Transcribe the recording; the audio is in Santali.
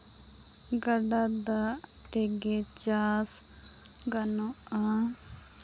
ᱜᱟᱰᱟ ᱫᱟᱜ ᱛᱮᱜᱮ ᱪᱟᱥ ᱜᱟᱱᱚᱜᱼᱟ